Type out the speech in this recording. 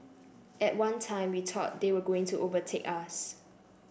at one time we thought they were going to overtake us